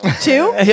two